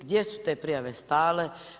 Gdje su te prijave stale?